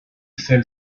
fell